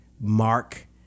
mark